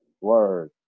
Word